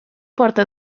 porta